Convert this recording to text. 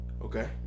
Okay